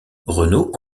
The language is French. renaud